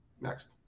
next